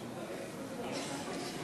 תומכים.